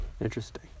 interesting